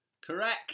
Correct